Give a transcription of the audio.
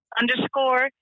underscore